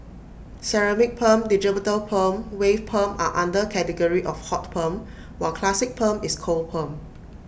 ceramic perm digital perm wave perm are under category of hot perm while classic perm is cold perm